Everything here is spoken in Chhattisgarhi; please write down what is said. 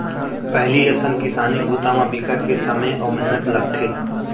पहिली असन किसानी बूता म बिकट के समे अउ मेहनत लगथे